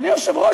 אדוני היושב-ראש,